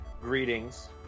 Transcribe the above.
Greetings